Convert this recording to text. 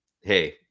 hey